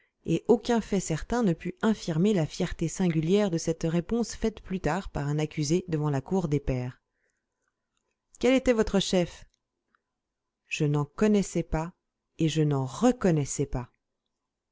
et aucun fait certain ne put infirmer la fierté singulière de cette réponse faite plus tard par un accusé devant la cour des pairs quel était votre chef je n'en connaissais pas et je n'en reconnaissais pas